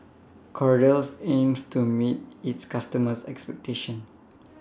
Kordel's aims to meet its customers' expectations